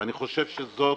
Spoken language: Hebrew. אני חושב שזאת